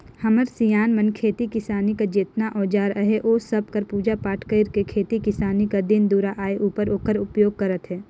हमर सियान मन खेती किसानी कर जेतना अउजार अहे ओ सब कर पूजा पाठ कइर के खेती किसानी कर दिन दुरा आए उपर ओकर उपियोग करथे